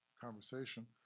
conversation